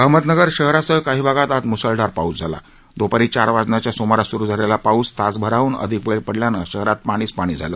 अहमदनगर शहरासह काही भागात आज मुसळधार पाऊस झाला दुपारी चार वाजण्याच्या सुमारास सुरू झालेला पाऊस तासभराहून अधिक वेळ पडल्याने शहरात पाणीच पाणी झालं